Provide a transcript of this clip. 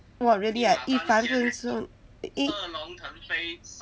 !wah! really ah 一帆风顺一